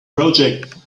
project